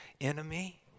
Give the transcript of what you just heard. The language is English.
enemy